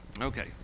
Okay